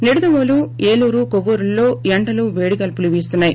నిడదవోలు ఏలూరు కొవ్వూరులలో ఎండలు పేడిగాల్సులు వీస్తున్నాయి